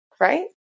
right